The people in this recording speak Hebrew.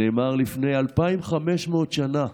שנאמר לפני 2,500 שנה,